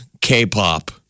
K-pop